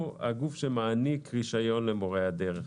אנחנו הגוף שמעניק רישיון למורי הדרך.